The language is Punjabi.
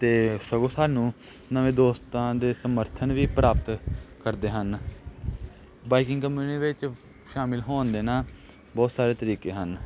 ਅਤੇ ਸਗੋਂ ਸਾਨੂੰ ਨਵੇਂ ਦੋਸਤਾਂ ਦੇ ਸਮਰਥਨ ਵੀ ਪ੍ਰਾਪਤ ਕਰਦੇ ਹਨ ਬਾਈਕਿੰਗ ਕਮਿਊਨੀ ਵਿੱਚ ਸ਼ਾਮਿਲ ਹੋਣ ਦੇ ਨਾ ਬਹੁਤ ਸਾਰੇ ਤਰੀਕੇ ਹਨ